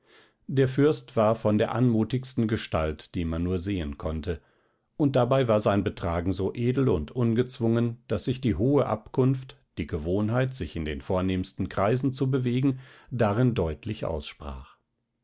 der fürst war von der anmutigsten gestalt die man nur sehen konnte und dabei war sein betragen so edel und ungezwungen daß sich die hohe abkunft die gewohnheit sich in den vornehmsten kreisen zu bewegen darin deutlich aussprach